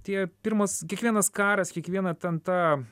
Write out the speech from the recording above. tie pirmas kiekvienas karas kiekvieną ten tą